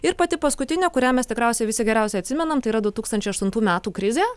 ir pati paskutinė kurią mes tikriausiai visi geriausiai atsimenam tai yra du tūkstančiai aštuntų metų krizė